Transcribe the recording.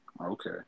okay